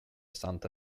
santa